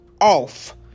off